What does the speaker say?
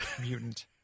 mutant